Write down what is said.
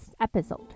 episode